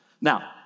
Now